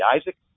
Isaac